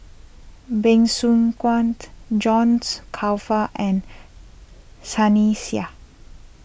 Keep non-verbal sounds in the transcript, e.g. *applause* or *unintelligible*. Bey Soo Khiang *unintelligible* Johns Crawfurd and Sunny Sia